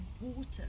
water